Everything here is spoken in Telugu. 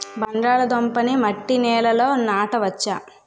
బంగాళదుంప నీ మట్టి నేలల్లో నాట వచ్చా?